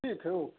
ठीक है ओके